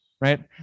right